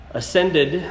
ascended